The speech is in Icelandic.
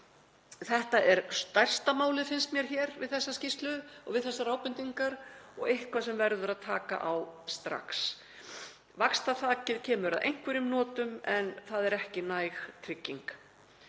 Þetta er stærsta málið, finnst mér, við þessa skýrslu og við þessar ábendingar og eitthvað sem verður að taka á strax. Vaxtaþakið kemur að einhverjum notum en það er ekki næg trygging.